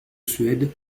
suède